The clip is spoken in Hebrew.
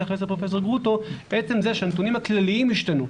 אחרי זה פרופ' גרוטו עצם זה שהנתונים הכלליים השתנו,